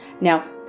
Now